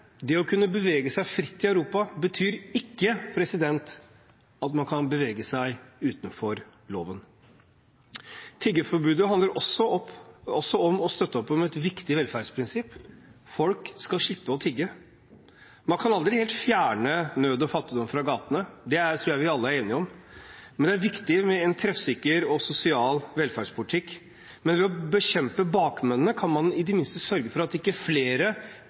det å kunne bevege seg fritt i Europa betyr ikke at man kan bevege seg utenfor loven. Tiggerforbudet handler også om å støtte opp om et viktig velferdsprinsipp: Folk skal slippe å tigge. Man kan aldri helt fjerne nød og fattigdom fra gatene – det tror jeg vi alle er enige om. Men det er viktig med en treffsikker og sosial velferdspolitikk. Ved å bekjempe bakmennene kan man i det minste sørge for at ikke flere